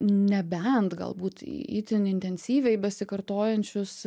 nebent galbūt itin intensyviai besikartojančius